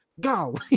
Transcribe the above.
Go